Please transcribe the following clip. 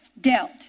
dealt